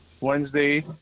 Wednesday